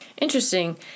Interesting